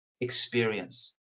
experience